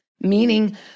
meaning